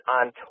on